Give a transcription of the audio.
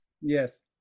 Yes